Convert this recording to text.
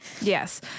yes